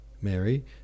Mary